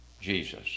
Jesus